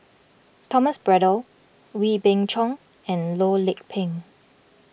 Thomas Braddell Wee Beng Chong and Loh Lik Peng